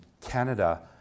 Canada